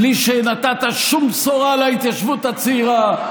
בלי שנתת שום בשורה להתיישבות הצעירה,